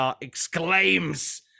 exclaims